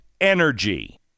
energy